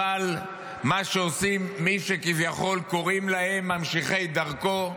אבל מה שעושים מי שכביכול קוראים להם ממשיכי דרכו,